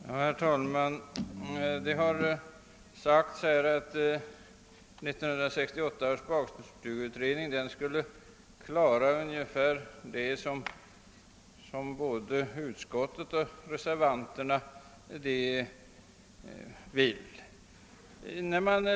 Herr talman! Det har sagts att 1968 års barnstugeutredning skulle ha att göra den utredning som reservanterna Önskar.